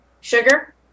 Sugar